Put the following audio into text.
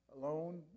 alone